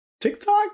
TikTok